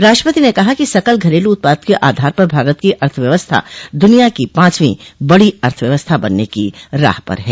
राष्ट्रपति ने कहा कि सकल घरेलू उत्पाद के आधार पर भारत की अर्थव्यवस्था द्रनिया की पांचवीं बड़ी अर्थव्यवस्था बनने की राह पर है